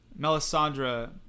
Melisandre